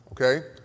Okay